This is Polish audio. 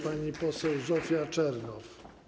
Pani poseł Zofia Czernow.